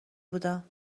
بودم